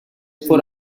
for